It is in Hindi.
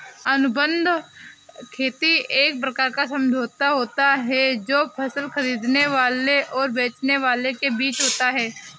अनुबंध खेती एक प्रकार का समझौता होता है जो फसल खरीदने वाले और बेचने वाले के बीच होता है